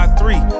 three